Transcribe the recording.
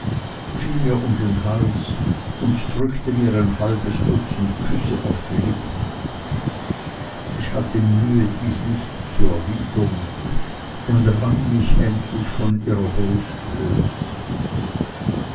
fiel mir um den hals und drückte mir ein halbes dutzend küsse auf die lippen ich hatte mühe dies nicht zu erwidern und rang mich endlich von ihrer brust los